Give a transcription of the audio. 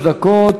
שלוש דקות.